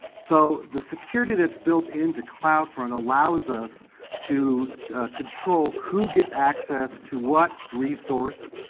so the security that's build into cloud-front allows us to control who gets access to what resource,